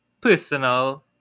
personal